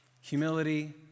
Humility